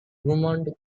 drummond